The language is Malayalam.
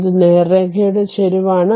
ഇത് നേർരേഖയുടെ ചരിവാണ്